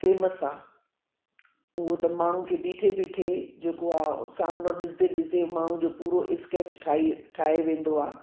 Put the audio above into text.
famous आहे उहो त माण्हू खे बीठे बीठे जेको आहे सामिनो ॾिसंदे ॾिसंदे माण्हुनि जो पूरो स्केच ठाही ठाहे वेंदो आहे